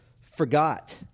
forgot